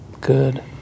Good